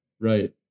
right